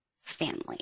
family